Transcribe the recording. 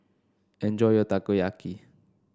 enjoy your Takoyaki